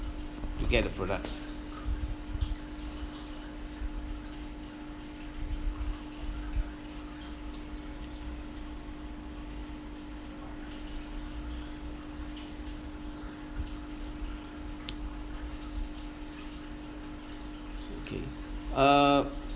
to get the products okay uh